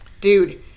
dude